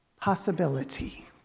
possibility